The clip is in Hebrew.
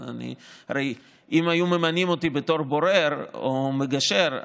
אם היו ממנים אותי בתור בורר או מגשר,